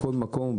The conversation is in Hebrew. לכל מקום,